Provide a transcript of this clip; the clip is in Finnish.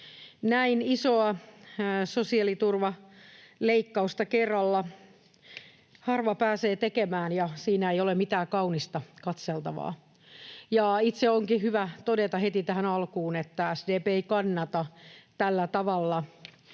Näin isoa sosiaaliturvaleikkausta kerralla harva pääsee tekemään, ja siinä ei ole mitään kaunista katseltavaa. Itse onkin hyvä todeta heti tähän alkuun, että SDP ei kannata tällä tavalla tehtyä